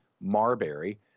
Marbury